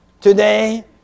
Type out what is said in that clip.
Today